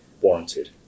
warranted